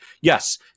Yes